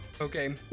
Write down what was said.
Okay